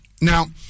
Now